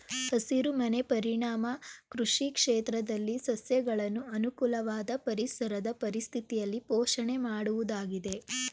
ಹಸಿರುಮನೆ ಪರಿಣಾಮ ಕೃಷಿ ಕ್ಷೇತ್ರದಲ್ಲಿ ಸಸ್ಯಗಳನ್ನು ಅನುಕೂಲವಾದ ಪರಿಸರದ ಪರಿಸ್ಥಿತಿಯಲ್ಲಿ ಪೋಷಣೆ ಮಾಡುವುದಾಗಿದೆ